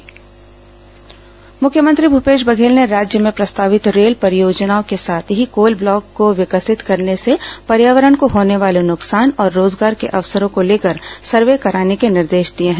मुख्यमंत्री रेल परियोजना समीक्षा मुख्यमंत्री भूपेश बघेल ने राज्य में प्रस्तावित रेल परियोजनाओं के साथ ही कोल ब्लॉक को विकसित करने से पर्यावरण को होने वाले नुकसान और रोजगार के अवसरों को लेकर सर्वे कराने के निर्देश दिए हैं